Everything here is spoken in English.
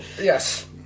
Yes